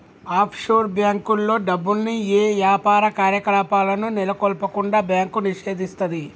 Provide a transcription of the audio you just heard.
offshore బ్యేంకుల్లో డబ్బుల్ని యే యాపార కార్యకలాపాలను నెలకొల్పకుండా బ్యాంకు నిషేధిస్తది